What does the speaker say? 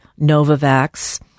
Novavax